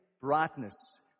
Brightness